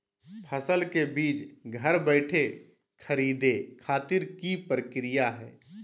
फसल के बीज घर बैठे खरीदे खातिर की प्रक्रिया हय?